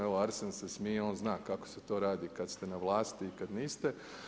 Evo, Arsen se smije, on zna kako se to radi kad ste na vlasti ili kad niste.